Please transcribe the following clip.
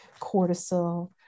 cortisol